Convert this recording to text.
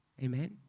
Amen